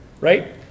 right